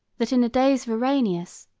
that in the days of iranaeus,